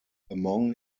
among